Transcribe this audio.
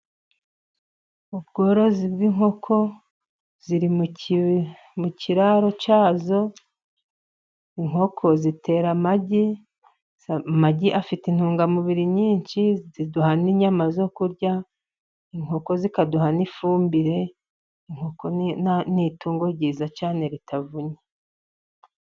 Ubworozi bw'inkoko ziri mu kiraro cyazo, inkoko zitera amagi, amagi afite intungamubiri nyinshi, ziduha n'inyama zo kurya, inkoko zikaduha n'ifumbire, inkoko ni itungo ryiza cyane ritavunnye.